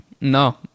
No